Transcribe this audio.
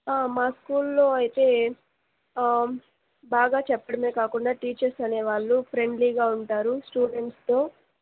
మా స్కూళ్ళో అయితే బాగా చెప్పడమే కాకుండా టీచర్స్ అనేవాళ్ళు ఫ్రెండ్లీగా ఉంటారు స్టూడెంట్స్తో